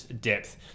depth